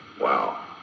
wow